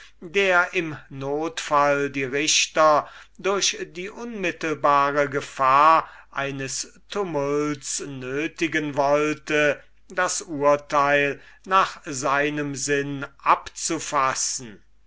der im notfall die richter durch die unmittelbare gefahr eines tumults nötigen wollte das urteil nach seinem sinn abzufassen